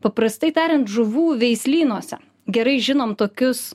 paprastai tariant žuvų veislynuose gerai žinom tokius